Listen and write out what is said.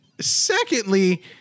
Secondly